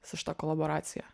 su šita kolaboracija